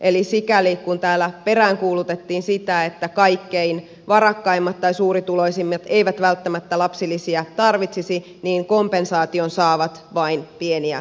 eli sikäli kuin täällä peräänkuulutettiin sitä että kaikkein varakkaimmat tai suurituloisimmat eivät välttämättä lapsilisiä tarvitsisi kompensaation saavat vain pieni ja keskituloiset